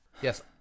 Yes